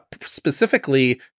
specifically